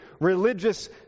religious